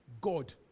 God